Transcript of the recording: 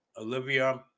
Olivia